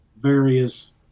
various